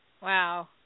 Wow